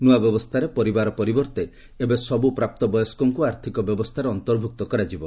ନୂଆ ବ୍ୟବସ୍ଥାରେ ପରିବାର ପରିବର୍ଭେ ଏବେ ସବୁ ପ୍ରାପ୍ତ ବୟସ୍କଙ୍କୁ ଆର୍ଥିକ ବ୍ୟବସ୍ଥାରେ ଅନ୍ତର୍ଭୁକ୍ତ କରାଯିବ